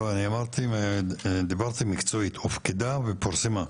לא, דיברתי מקצועית הופקדה ופורסמה.